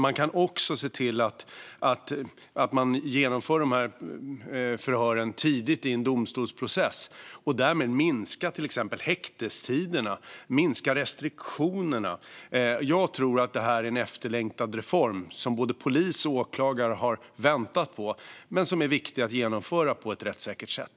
Man kan också se till att de här förhören genomförs tidigt i en domstolsprocess och därmed minska till exempel häktestiderna och restriktionerna. Jag tror att det här är en efterlängtad reform som både polis och åklagare har väntat på men som är viktig att genomföra på ett rättssäkert sätt.